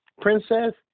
princess